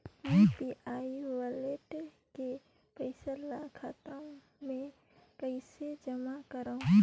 UPI wallet के पईसा ल खाता मे कइसे जमा करव?